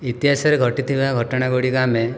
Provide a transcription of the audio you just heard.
ଇତିହାସରେ ଘଟିଥିବା ଘଟଣା ଗୁଡ଼ିକ ଆମେ